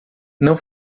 não